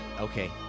okay